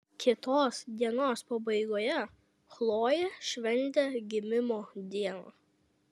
kitos dienos pabaigoje chlojė šventė gimimo dieną